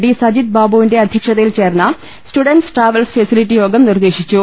D Sajith ബാബുവിന്റെ അധ്യക്ഷതയിൽ ചേർന്ന സ്റ്റുഡന്റ്സ് ട്രാവൽസ് ഫെസിലിറ്റി യോഗം നിർദേശിച്ചു